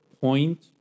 point